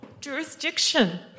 jurisdiction